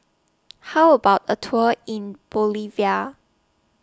How about A Tour in Bolivia